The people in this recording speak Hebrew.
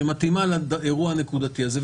שמתאימה לאירוע הנקודתי הזה,